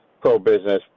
pro-business